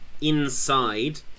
inside